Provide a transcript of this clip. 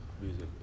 music